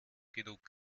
genug